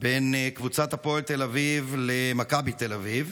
בין קבוצת הפועל תל אביב למכבי תל אביב,